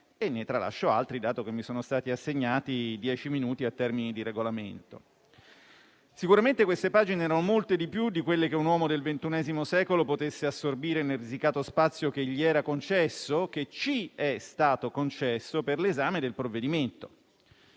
(ne tralascio altri, dato che mi sono stati assegnati dieci minuti a termini di Regolamento). Sicuramente queste pagine erano molte di più di quelle che un uomo del XXI secolo potesse assorbire nel risicato spazio che gli era concesso - che ci è stato concesso - per l'esame del provvedimento.